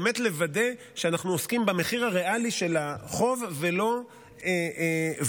באמת לוודא שאנחנו עוסקים במחיר הריאלי של החוב ולא בהכבדה